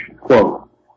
Quote